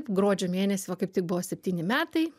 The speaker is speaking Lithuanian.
gruodžio mėnesį va kaip tik buvo septyni metai